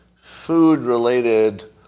food-related